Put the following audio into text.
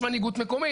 יש מנהיגות מקומית,